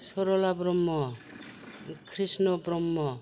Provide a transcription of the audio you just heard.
Sarla Brahma Krishna Brahma